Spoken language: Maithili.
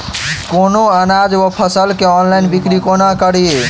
कोनों अनाज वा फसल केँ ऑनलाइन बिक्री कोना कड़ी?